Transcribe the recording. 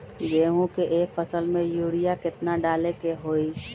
गेंहू के एक फसल में यूरिया केतना डाले के होई?